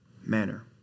manner